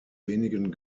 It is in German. wenigen